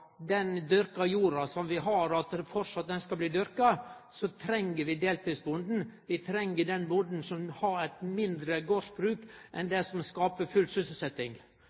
den dyrka jorda som vi har, slik at ho framleis skal bli dyrka, treng deltidsbonden. Vi treng den bonden som har eit mindre gardsbruk enn det som skaper full